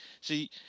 see